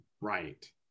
Right